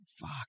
Fuck